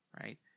right